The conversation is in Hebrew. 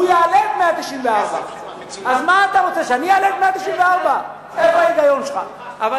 הוא יעלה את 194. אז מה אתה רוצה,